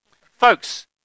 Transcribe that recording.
Folks